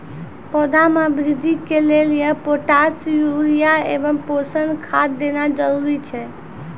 पौधा मे बृद्धि के लेली पोटास यूरिया एवं पोषण खाद देना जरूरी छै?